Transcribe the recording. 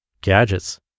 Gadgets